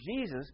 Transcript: Jesus